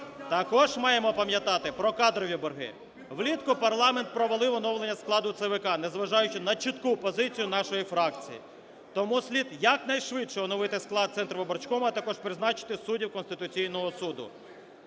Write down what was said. Також маємо пам'ятати про кадрові борги. Влітку парламент провалив оновлення складу ЦВК, незважаючи на чітку позицію нашої фракції. Тому слід якнайшвидше оновити склад Центрвиборчкому, а також призначити суддів Конституційного Суду